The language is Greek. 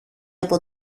από